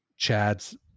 Chad's